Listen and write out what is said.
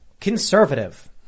conservative